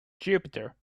jupiter